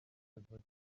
décède